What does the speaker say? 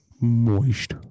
moist